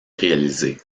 réalisé